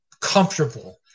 comfortable